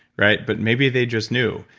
right? but maybe they just knew.